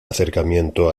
acercamiento